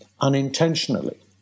unintentionally